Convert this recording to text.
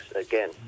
again